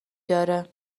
داره